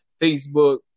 Facebook